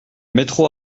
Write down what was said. métro